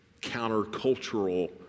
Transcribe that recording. countercultural